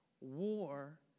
war